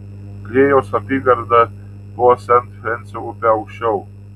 klėjaus apygarda buvo sent frensio upe aukščiau